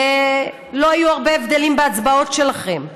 ולא היו הרבה הבדלים בהצבעות שלכם.